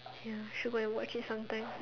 ya should go and watch it some time